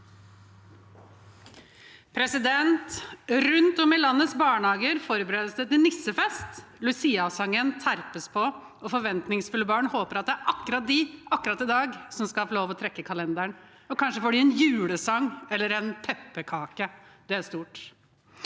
Rundt om i landets barnehager forberedes det til nissefest. Luciasangen terpes på, og forventningsfulle barn håper at det er akkurat de, akkurat i dag, som skal få lov til å trekke kalenderen. Kanskje får de en julesang eller en pepperkake. Det er stort.